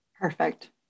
Perfect